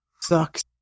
Sucks